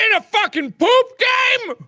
a fuckin' poop game!